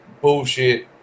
bullshit